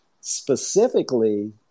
specifically